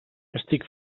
estic